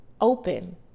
open